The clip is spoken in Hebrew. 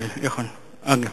יכול להיות, יכול להיות.